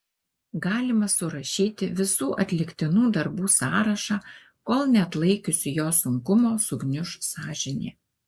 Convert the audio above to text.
galima surašyti visų atliktinų darbų sąrašą kol neatlaikiusi jo sunkumo sugniuš sąžinė